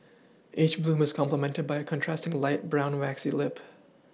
each bloom is complemented by a contrasting light brown waxy lip